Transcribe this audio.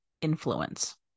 influence